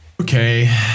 okay